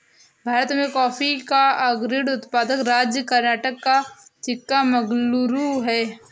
भारत में कॉफी का अग्रणी उत्पादक राज्य कर्नाटक का चिक्कामगलूरू है